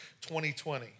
2020